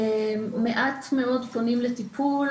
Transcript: מעט מאוד פונים לטיפול,